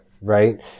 Right